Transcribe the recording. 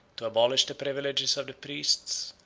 to abolish the privileges of the priests,